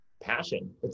passion